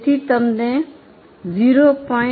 તેથી તમને 0